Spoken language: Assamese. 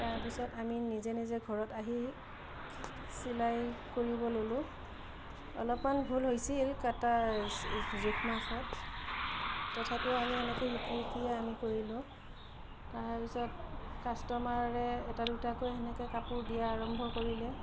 তাৰপিছত আমি নিজে নিজে ঘৰত আহি চিলাই কৰিব ল'লোঁ অলপমান ভুল হৈছিল কটা জোখ মাখত তথাপিও আমি এনেকৈ শিকি শিকিয়ে আমি কৰিলোঁ তাৰপাছত কাষ্টমাৰে এটা দুটাকৈ সেনেকৈ কাপোৰ দিয়া আৰম্ভ কৰিলে